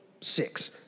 six